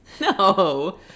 no